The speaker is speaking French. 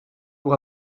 pour